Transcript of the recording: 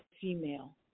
female